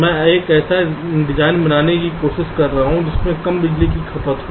मैं एक ऐसा डिज़ाइन बनाने की कोशिश कर रहा हूं जिसमें कम बिजली की खपत हो